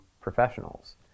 professionals